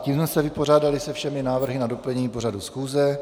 Tím jsme se vypořádali se všemi návrhy na doplnění pořadu schůze.